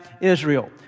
Israel